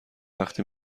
وقتی